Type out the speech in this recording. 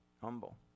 humble